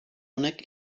honek